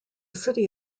city